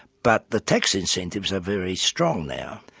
but the tax incentives are very strong now,